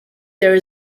there